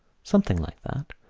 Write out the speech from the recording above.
something like that.